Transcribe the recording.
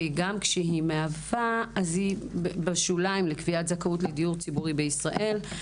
וגם כשהיא מהווה היא בשוליים לקביעת זכאות לדיור ציבורי בישראל.